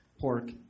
pork